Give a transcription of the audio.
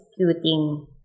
executing